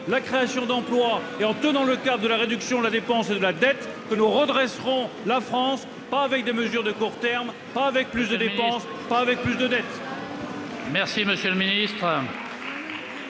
la création d'emplois et en tenant le cap de la réduction de la dépense et de la dette que nous redresserons la France, pas avec des mesures de court terme, pas avec plus de dépenses et plus de dettes ! La parole est